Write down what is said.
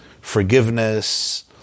forgiveness